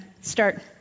start